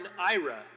Ira